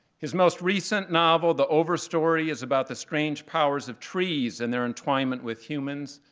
his most recent novel, the overstory, is about the strange powers of trees and their entwinement with humans.